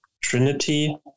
Trinity